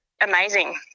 amazing